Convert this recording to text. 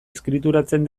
eskrituratzen